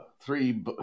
three